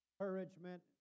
encouragement